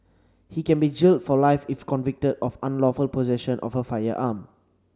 he can be jailed for life if convicted of unlawful possession of a firearm